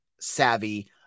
savvy